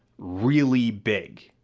really big,